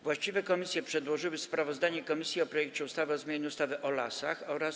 Właściwe komisje przedłożyły sprawozdanie o projekcie ustawy o zmianie ustawy o lasach oraz